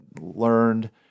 learned